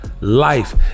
life